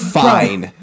fine